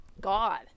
God